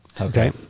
Okay